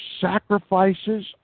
sacrifices